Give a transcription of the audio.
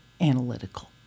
analytical